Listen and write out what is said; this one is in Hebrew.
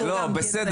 באנגלית.